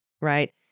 right